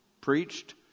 Preached